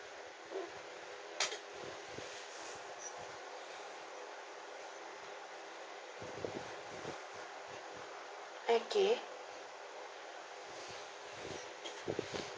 okay